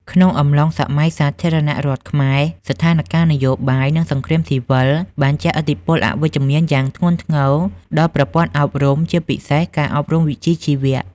ក្នុងអំឡុងសម័យសាធារណរដ្ឋខ្មែរ ស្ថានការណ៍នយោបាយ និងសង្គ្រាមស៊ីវិលបានជះឥទ្ធិពលអវិជ្ជមានយ៉ាងធ្ងន់ធ្ងរដល់ប្រព័ន្ធអប់រំ ជាពិសេសការអប់រំវិជ្ជាជីវៈ។